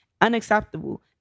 Unacceptable